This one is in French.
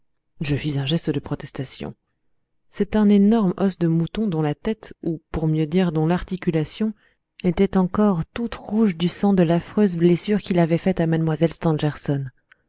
protestation c'est un énorme os de mouton dont la tête ou pour mieux dire dont l'articulation était encore toute rouge du sang de l'affreuse blessure qu'il avait faite à mlle stangerson